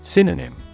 Synonym